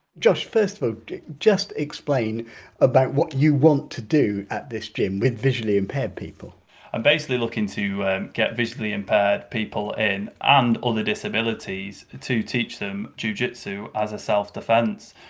josh, first of all just explain about what you want to do at this gym with visually impaired people i'm basically looking to get visually impaired people in and other disabilities to teach them jiu-jitsu as a self-defence.